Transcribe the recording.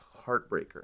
heartbreaker